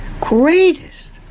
greatest